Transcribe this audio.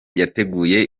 yateguye